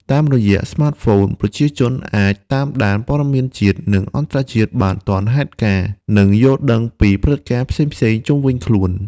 តាមរយៈស្មាតហ្វូន ប្រជាជនអាច តាមដានព័ត៌មានជាតិ និងអន្តរជាតិបានទាន់ហេតុការណ៍ និងយល់ដឹងពីព្រឹត្តិការណ៍ផ្សេងៗជុំវិញខ្លួន។